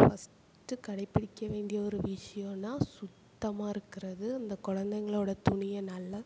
first கடைபிடிக்க வேண்டிய ஒரு விஷியனா சுத்தமாக இருக்கிறது அந்த குழந்தைங்களோட துணியை நல்லா